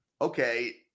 okay